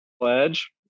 pledge